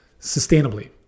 sustainably